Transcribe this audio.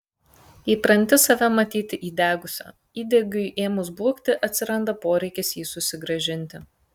įpranti save matyti įdegusia įdegiui ėmus blukti atsiranda poreikis jį susigrąžinti